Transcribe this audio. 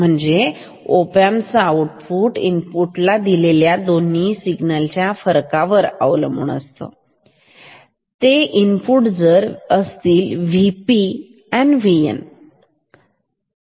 ते आहेत V p आणि Vn